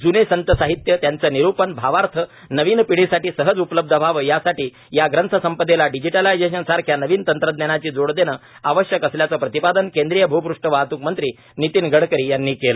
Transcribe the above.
ज्ने संत साहित्य त्यांचे निरुपण भावार्थ नवीन पिढीसाठी सहज उपलब्ध व्हावे यासाठी या ग्रंथसंपदेला डिजीटलायजेशन सारख्या नवीन तंत्रज्ञानाची जोड देणे आवश्यक असल्याचे प्रतिपादन केंद्रीय भ्पृष्ठ वाहतूक मंत्री नितीन गडकरी यांनी केले